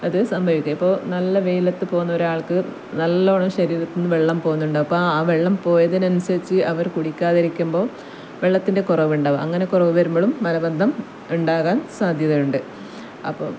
അത് സംഭവിക്കും ഇപ്പോൾ നല്ല വെയിലത്ത് പോകുന്ന ഒരാൾക്ക് നല്ലോണം ശരീരത്തിൽ നിന്നും വെള്ളം പോകുന്നുണ്ട് അപ്പം ആ വെള്ളം പോയതിനനുസരിച്ച് അവർ കുടിക്കാതിരിക്കുമ്പം വെള്ളത്തിൻ്റെ കുറവുണ്ടാവും അങ്ങനെ കുറവ് വരുമ്പോഴും മലബന്ധം ഉണ്ടാകാൻ സാധ്യതയുണ്ട് അപ്പം